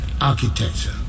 architecture